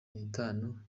nitatu